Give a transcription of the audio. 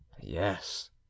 Yes